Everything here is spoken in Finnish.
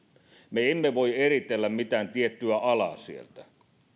me emme voi eritellä mitään tiettyä alaa sieltä